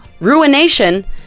Ruination